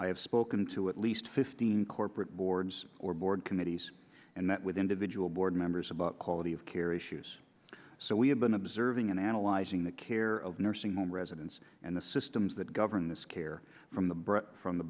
i have spoken to at least fifteen corporate boards or board committees and met with individual board members about quality of care issues so we have been observing and analyzing the care of nursing home residents and the systems that govern this care from the bridge from the